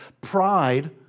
Pride